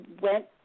went